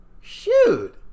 shoot